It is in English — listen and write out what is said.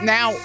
Now